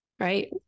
Right